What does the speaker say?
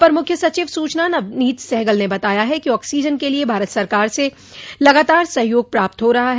अपर मुख्य सचिव सूचना नवनीत सहगल ने बताया है कि ऑक्सीजन के लिये भारत सरकार से लगातार सहयोग प्राप्त हो रहा है